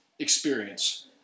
experience